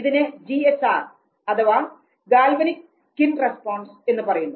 ഇതിനെ G S R അഥവാ galvanic skin response എന്ന് പറയുന്നു